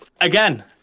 Again